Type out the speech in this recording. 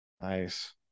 Nice